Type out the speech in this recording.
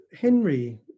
Henry